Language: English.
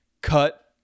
cut